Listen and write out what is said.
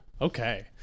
Okay